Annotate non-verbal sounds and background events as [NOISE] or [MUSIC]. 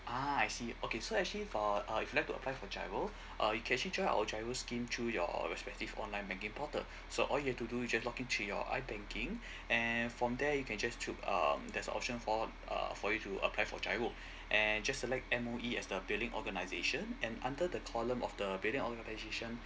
ah I see okay so actually for uh if you'd like to apply for GIRO uh you can actually join our GIRO scheme through your respective online banking portal so all you have to do is just login to your i banking [BREATH] and from there you can just through um there's option for uh for you to apply for GIRO and just select M_O_E as the billing organization and under the column of billing organization